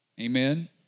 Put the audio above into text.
Amen